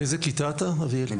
אני בכיתה יא'.